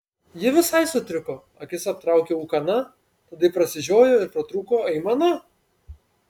ji visai sutriko akis aptraukė ūkana tada ji prasižiojo ir pratrūko aimana